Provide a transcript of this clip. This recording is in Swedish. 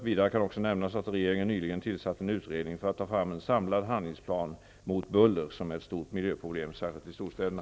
Vidare kan också nämnas att regeringen nyligen tillsatt en utredning för att ta fram en samlad handlingsplan mot buller, som är ett stort miljöproblem särskilt i storstäderna.